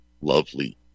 lovely